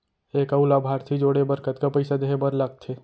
एक अऊ लाभार्थी जोड़े बर कतका पइसा देहे बर लागथे?